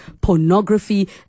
pornography